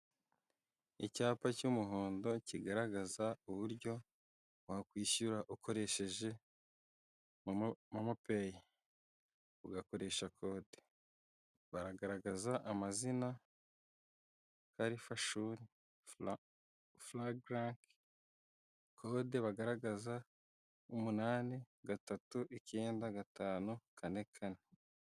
Icyapa cy'umuhondo kigaragaza uburyo wakwishyura ukoresheje momo peyi, ugakoresha kode baragaragaza amazina kalifashuri furaga raka, kode bagaragaza umunani, gatatu icyenda, gatanu, kane, kane.